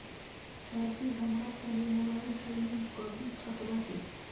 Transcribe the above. सरजी हमरा तनी मोबाइल से लिंक कदी खतबा के